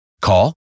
Call